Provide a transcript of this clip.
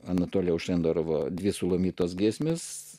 anatolijaus šenderovo dvi sulamitos giesmės